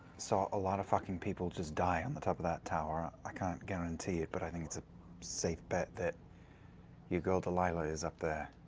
saw a lot of fucking people just die on the top of that tower. i can't guarantee it, but i think it's a safe bet that your girl delilah is up there.